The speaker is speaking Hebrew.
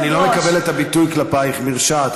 לא, אני לא מקבל את הביטוי כלפייך "מרשעת".